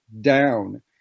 down